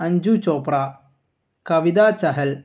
Anju Chopra Kavita Chahal